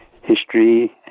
history